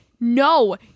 no